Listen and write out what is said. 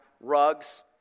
rugs